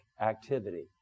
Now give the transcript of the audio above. activity